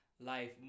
Life